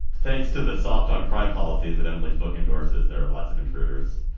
thanks to the soft on crime policy that emily's book endorses. there are lots of intruder's